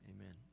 Amen